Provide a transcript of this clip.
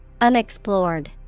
Unexplored